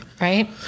Right